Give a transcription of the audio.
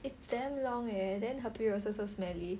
it's damn long leh then her period also so smelly